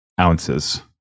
ounces